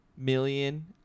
million